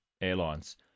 Airlines